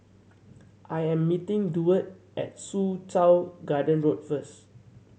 I am meeting Duard at Soo Chow Garden Road first